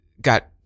got